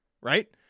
right